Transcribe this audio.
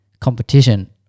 competition